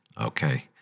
okay